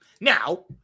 Now